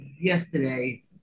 yesterday